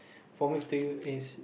promise to you is